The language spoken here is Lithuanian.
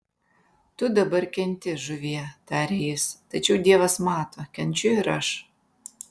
tu dabar kenti žuvie tarė jis tačiau dievas mato kenčiu ir aš